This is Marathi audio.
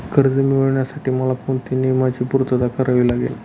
कर्ज मिळविण्यासाठी मला कोणत्या नियमांची पूर्तता करावी लागेल?